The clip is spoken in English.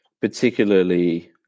particularly